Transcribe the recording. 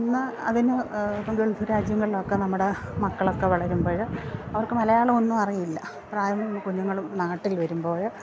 ഇന്ന് അതിന് ഇപ്പോള് ഗൾഫ് രാജ്യങ്ങളിലൊക്കെ നമ്മുടെ മക്കളൊക്കെ വളരുമ്പോള് അവർക്ക് മലയാളം ഒന്നും അറിയില്ല പ്രായം കുഞ്ഞുങ്ങളും നാട്ടിൽ വരുമ്പോള്